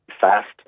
fast